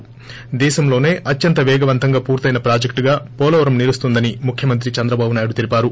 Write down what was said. ి దేశంలోసే అత్యంత పేగవంతంగా పూర్తయిన ప్రాజెక్టుగా పోలవరం నిలుస్తుందని ముఖ్యమంత్రి చంద్రబాబు నాయుడు తెలిపారు